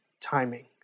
timing